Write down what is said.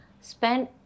spend